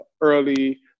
early